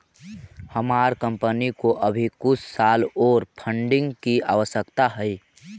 हमार कंपनी को अभी कुछ साल ओर फंडिंग की आवश्यकता हई